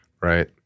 right